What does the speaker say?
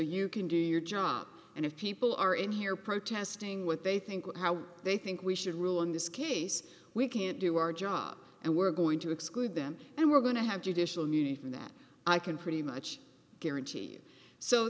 you can do your job and if people are in here protesting what they think how they think we should rule in this case we can't do our job and we're going to exclude them and we're going to have judicial munni from that i can pretty much guarantee so